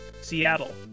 Seattle